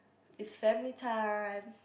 it's family time